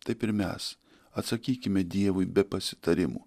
taip ir mes atsakykime dievui be pasitarimų